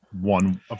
one